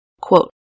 Quote